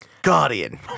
Guardian